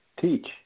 teach